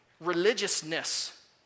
religiousness